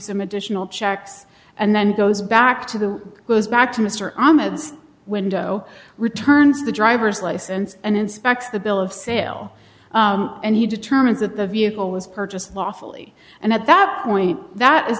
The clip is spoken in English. some additional checks and then goes back to the goes back to mr ahmed's window returns the driver's license and inspects the bill of sale and he determines that the vehicle was purchased lawfully and at that point that is